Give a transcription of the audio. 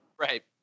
Right